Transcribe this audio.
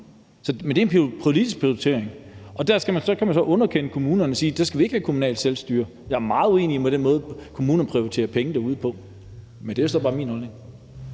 Men det er jo en politisk prioritering, og der kan man så underkende kommunerne og sige, at vi der ikke skal have kommunalt selvstyre. Jeg er meget uenig i den måde, kommunerne prioriterer penge på derude. Men det er jo så bare min holdning.